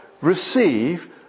receive